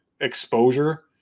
exposure